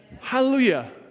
Hallelujah